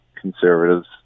conservative's